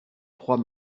trois